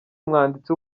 umwanditsi